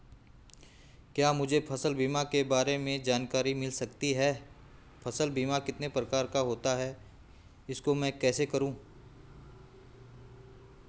क्या मुझे फसल बीमा के बारे में जानकारी मिल सकती है फसल बीमा कितने प्रकार का होता है इसको मैं कैसे करूँ?